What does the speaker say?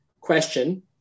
question